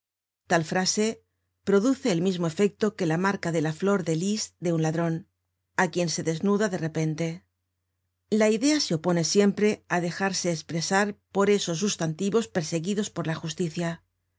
tal frase produce el mismo efecto que la marca de la flor de lis de un ladron á quien se desnuda de repente la idea se opone siempre á dejarse espresar por esos sustantivos perseguidos por la justicia